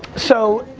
so,